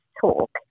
talk